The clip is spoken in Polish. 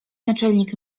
naczelnik